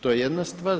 To je jedna stvar.